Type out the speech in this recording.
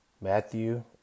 Matthew